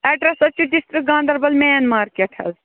address حظ چھُ district Ganderbal میٚن مارکیٚٹ حظ